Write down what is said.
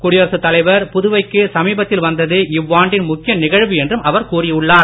தடியரசு தலைவர் என்றும் புதுவைக்கு சமீபத்தில் வந்தது இவ்வாண்டின் முக்கிய நிகழ்வு என்றும் அவர் கூறி உள்ளார்